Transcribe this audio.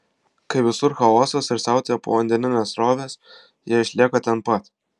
kai visur chaosas ir siautėja povandeninės srovės jie išlieka ten pat